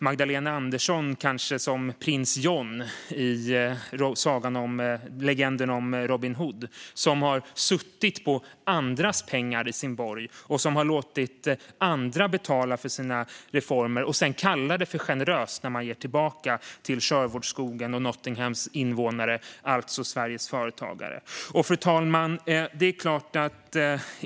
Magdalena Andersson är kanske snarare som prins John i legenden om Robin Hood, som har suttit på andras pengar i sin borg och som har låtit andra betala för sina reformer. Sedan kallas det generöst när man ger tillbaka till Sherwoodskogens och Nottinghams invånare, alltså Sveriges företagare. Fru talman!